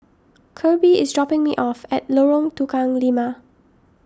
Kirby is dropping me off at Lorong Tukang Lima